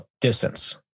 distance